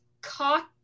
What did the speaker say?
cock-